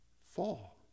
fall